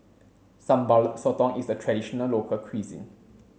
Sambal Sotong is a traditional local cuisine